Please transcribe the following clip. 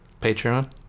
patreon